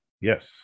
yes